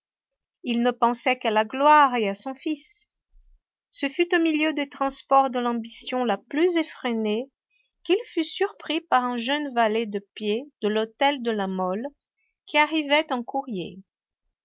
il né pensait qu'à la gloire et à son fils ce fut au milieu des transports de l'ambition la plus effrénée qu'il fut surpris par un jeune valet de pied de l'hôtel de la mole qui arrivait en courrier